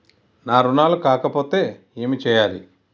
నా రుణాలు కాకపోతే ఏమి చేయాలి?